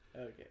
Okay